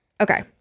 Okay